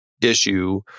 issue